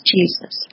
Jesus